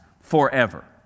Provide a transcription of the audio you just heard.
forever